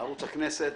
ערוץ הכנסת,